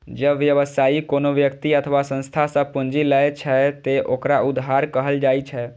जब व्यवसायी कोनो व्यक्ति अथवा संस्था सं पूंजी लै छै, ते ओकरा उधार कहल जाइ छै